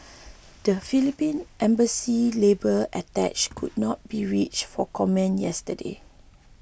the Philippine Embassy's labour attache could not be reach for comment yesterday